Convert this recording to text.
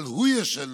אבל הוא ישנה